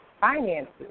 finances